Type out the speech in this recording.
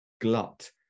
glut